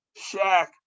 Shaq